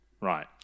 Right